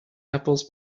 apples